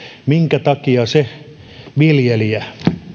minkä takia se viljelijä